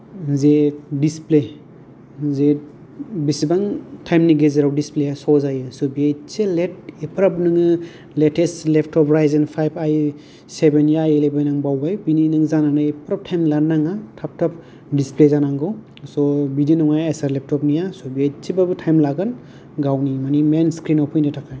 जे दिसप्ले जे बिसिबां टाइम नि गेजेराव दिसप्ले या श' जायो स' बेयो इसे लेट एफाग्राब नोङो latest laptop Ryzen five i seven या एलेभेन आं बावबाय बिनि नों जानानै एफाग्राब टाइम लानो नाङा थाब थाब दिसप्ले जानांगौ स' बिदि नङा एसार लेपतप निया स' बे एसेब्लाबो टाइम लागोन गावनि माने मेइन स्क्रिन आव फैनो थाखाय